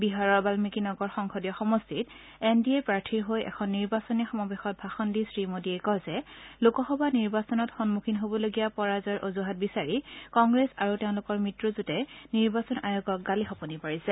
বিহাৰৰ বান্মিকীনগৰ সংসদীয় সমষ্টিত এন ডি এ প্ৰাৰ্থীৰ হৈ এখন নিৰ্বাচনী সমাৱেশত ভাষণ দি শ্ৰীমোদীয়ে কয় যে লোকসভা নিৰ্বাচনত সন্মুখীন হ'বলগীয়া পৰাজয়ৰ অজুহাত বিচাৰি কংগ্ৰেছ আৰু তেওঁলোকৰ মিত্ৰজোটে নিৰ্বাচন আয়োগক গালি শপনি পাৰিছে